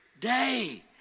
day